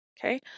Okay